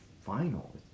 final